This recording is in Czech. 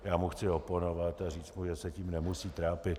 Já mu chci oponovat a říct mu, že se tím nemusí trápit.